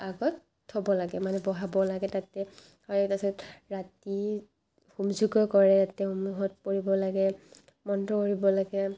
আগত থ'ব লাগে মানে বহাব লাগে তাতে আৰু তাৰপাছত ৰাতি হোম যজ্ঞ কৰে পঢ়িব লাগে মন্ত্ৰ কৰিব লাগে